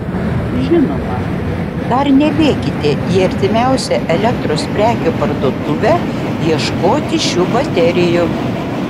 žinoma dar nebėkite į artimiausią elektros prekių parduotuvę ieškoti šių baterijų